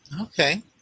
Okay